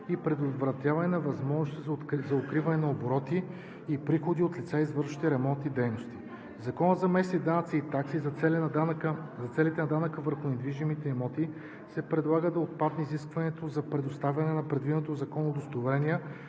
и предотвратяване на възможностите за укриване на обороти и приходи от лицата, извършващи ремонтни дейности. В Закона за местните данъци и такси за целите на данъка върху недвижимите имоти се предлага да отпадне изискването за представяне на предвиденото в закона удостоверение